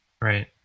Right